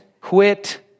quit